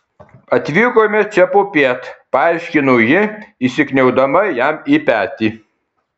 atvykome čia popiet paaiškino ji įsikniaubdama jam į petį